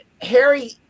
Harry